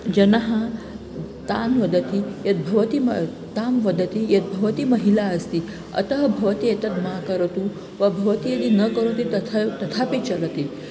जनः तां वदति यद् भवती मा तां वदति यद् भवती महिला अस्ति अतः भवती एतद् मा करोतु वा भवती यदि न करोति तथा तथापि चलति